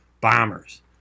bombers